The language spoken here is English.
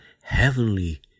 heavenly